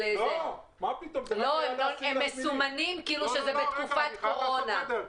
הם מסומנים כאילו שזה בתקופת קורונה.